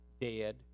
dead